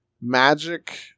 magic